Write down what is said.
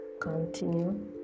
continue